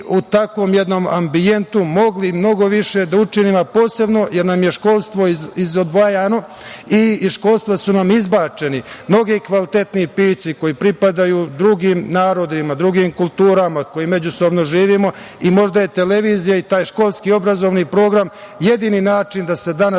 u takvom jednom ambijentu mogli mnogo više da učinimo, a posebno jer nam je školstvo izdvojeno, i iz školstva su nam izbačeni mnogi kvalitetni pisci koji pripadaju drugim narodima, drugim kulturama, koji međusobno živimo. Možda je televizija i taj školski obrazovni program jedini način da se danas